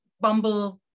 bumble